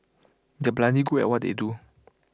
they are bloody good at what they do